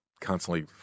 constantly